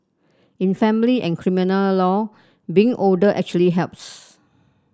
in family and criminal law being older actually helps